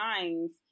minds